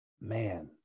man